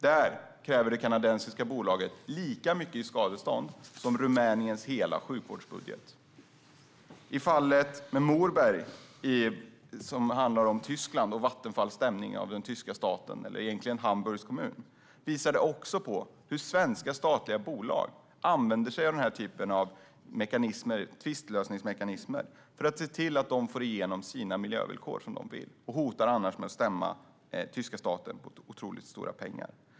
Det kanadensiska bolaget kräver ett skadestånd som motsvarar Rumäniens hela sjukvårdsbudget. Fallet med Moorburg, som handlar om Vattenfalls stämning av den tyska staten, eller egentligen Hamburgs kommun, visar på hur svenska statliga bolag använder sig av denna typ av tvistlösningsmekanismer för att se till att de får igenom sina miljövillkor som de vill. Annars hotar de med att stämma den tyska staten på otroligt stora belopp.